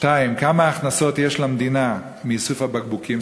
2. כמה הכנסות יש למדינה מאיסוף הבקבוקים?